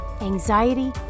Anxiety